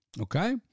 okay